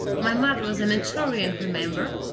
my mother was a mentorian, remember.